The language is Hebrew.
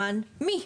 למען מי?